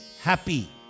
happy